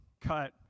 cut